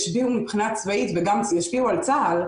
ישפיעו מבחינה צבאית וגם ישפיעו על צה"ל,